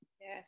yes